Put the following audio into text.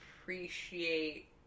appreciate